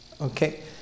Okay